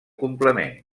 complement